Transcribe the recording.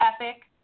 epic